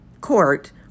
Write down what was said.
court